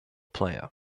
player